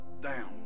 down